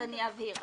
אני אבהיר.